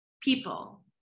people